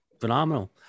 phenomenal